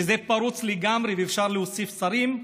שהוא פרוץ לגמרי ואפשר להוסיף שרים,